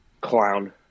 Clown